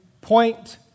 point